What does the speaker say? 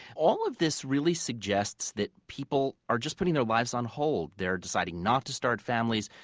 all of this really suggests that people are just putting their lives on hold. they're deciding not to start families,